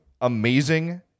amazing